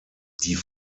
die